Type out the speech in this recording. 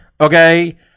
Okay